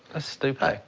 ah stupid.